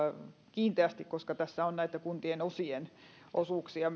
kiinteästi koska tässä lakiesityksessä on myöskin näitä kuntien osien osuuksia